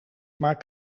maar